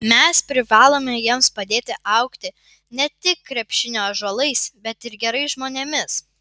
mes privalome jiems padėti augti ne tik krepšinio ąžuolais bet ir gerais žmonėmis